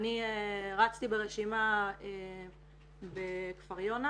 אני רצתי ברשימה בכפר יונה,